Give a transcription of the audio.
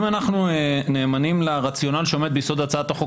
אם אנחנו נאמנים לרציונל שעומד ביסוד הצעת החוק